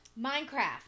Minecraft